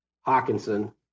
Hawkinson